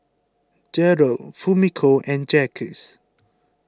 Gearld Fumiko and Jacques